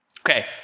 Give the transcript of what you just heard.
Okay